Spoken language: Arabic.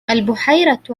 البحيرة